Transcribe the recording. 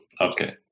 okay